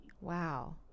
Wow